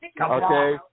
Okay